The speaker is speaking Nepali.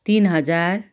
तिन हजार